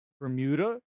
Bermuda